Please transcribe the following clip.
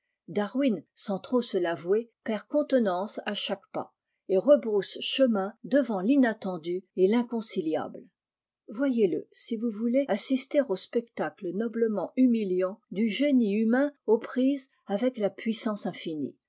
sans trop se l'avouer perd contenance à chaque pas et rebrousse chemin devant l'inattendu et tinconciuable voyez-le si vous voulez assister au spectacle noblement humiliant du génie humain aux prises avec la puissance infinie